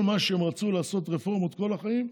כל מה שהם רצו לעשות, רפורמות, כל החיים,